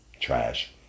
Trash